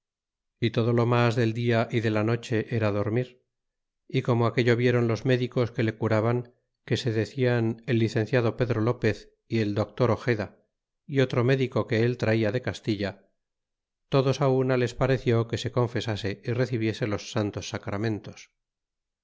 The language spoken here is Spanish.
y todo lo mas del dia y de la noche era dormir y como aquello vieron los médicos que le curaban que se decian el licenciado pedro lopez y el doctor ojeda y otro médico que él traia de castilla todos una les pareció que se confemismo licenciado lo